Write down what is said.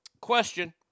question